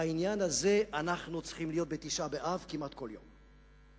בעניין הזה אנחנו צריכים להיות בתשעה באב כמעט כל יום.